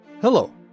Hello